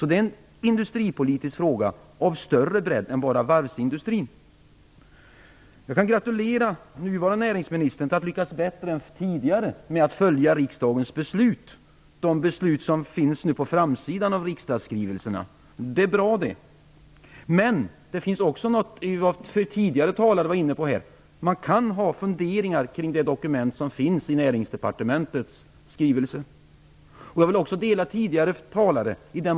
Det är en industripolitisk fråga som är av större bredd och inte bara gäller varvsindustrin. Jag kan gratulera nuvarande näringsministern för att ha lyckats bättre än den tidigare med att följa riksdagens beslut - de beslut som nu finns på framsidan av riksdagsskrivelserna. Det är bra det. Men man kan, som tidigare talare var inne på, ha funderingar kring de dokument som finns i Näringsdepartementets skrivelse. Jag delar tidigare talares uppfattning.